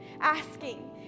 asking